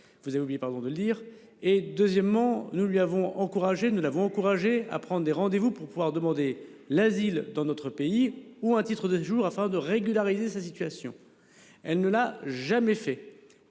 Vous avez oublié, pardon de le lire. Et deuxièmement, nous lui avons encouragé, nous l'avons encouragé à prendre des rendez vous pour pouvoir demander l'asile dans notre pays ou un titre de séjour afin de régulariser sa situation. Elle ne l'a jamais fait.